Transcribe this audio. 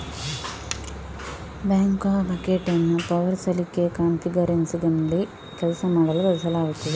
backhoe bucket ಅನ್ನು power ಸಲಿಕೆ ಕಾನ್ಫಿಗರೇಶನ್ನಲ್ಲಿ ಕೆಲಸ ಮಾಡಲು ಬಳಸಲಾಗುತ್ತದೆ